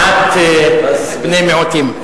חכה, נראה איפה כתוב הסעיף "למעט בני מיעוטים".